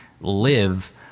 live